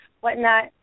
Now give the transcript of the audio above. whatnot